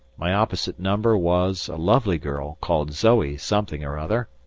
my opposite number was a lovely girl called zoe something or other.